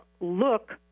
look